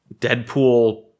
Deadpool